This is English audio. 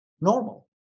normal